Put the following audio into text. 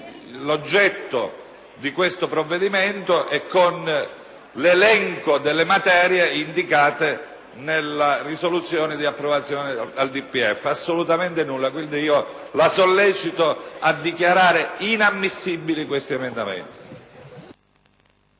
l'oggetto del provvedimento al nostro esame e con l'elenco delle materie indicate nella risoluzione di approvazione del DPEF? Assolutamente nulla; quindi, la sollecito a dichiarare inammissibili tali emendamenti.